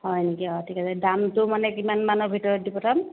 হয় নেকি অঁ ঠিক আছে দামটো মানে কিমান মানৰ ভিতৰত দি পঠাম